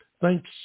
Thanks